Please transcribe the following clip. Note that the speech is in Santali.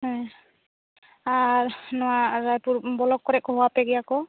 ᱦᱮᱸ ᱟᱨ ᱱᱚᱶᱟ ᱨᱟᱭᱯᱩᱨ ᱵᱞᱚᱠ ᱠᱚᱨᱮᱫ ᱠᱚ ᱦᱚᱦᱚ ᱟᱯᱮ ᱜᱮᱭᱟ ᱠᱚ